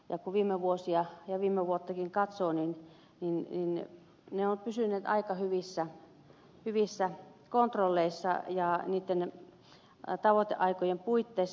kun viime vuosia ja viime vuottakin katsoo käsittelyajat ovat pysyneet aika hyvissä kontrolleissa ja niiden tavoiteaikojen puitteissa